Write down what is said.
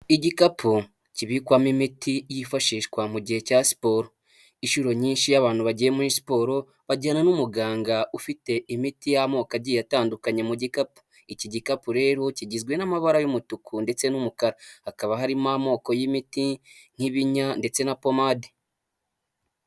Igikapu kibikwamo imiti yifashishwa mu gihe cya siporo inshuro nyinshi y'abantu bagiye muri siporo bajyana n'umuganga ufite imiti y'amoko agiye atandukanye mu gikapu, iki gikapu rero kigizwe n'amabara y'umutuku ndetse n'umukara, hakaba harimo amoko y'imiti nk'ibinya ndetse na pomade.